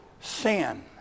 sin